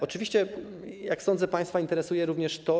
Oczywiście, jak sądzę, państwa interesuje również to.